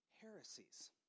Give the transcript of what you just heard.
Heresies